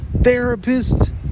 therapist